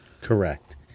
Correct